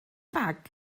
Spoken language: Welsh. bag